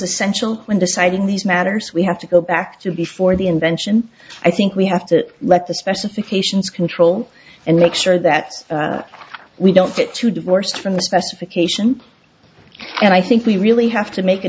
essential when deciding these matters we have to go back to before the invention i think we have to let the specifications control and make sure that we don't get too divorced from the specification and i think we really have to make a